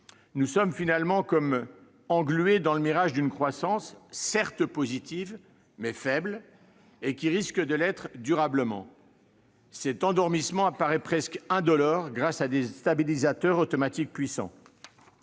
Nous sommes comme englués dans le mirage d'une croissance, certes positive, mais faible, et qui risque de l'être durablement. Cet endormissement paraît presque indolore grâce à des stabilisateurs automatiques puissants.